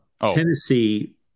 tennessee